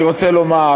אני רוצה לומר,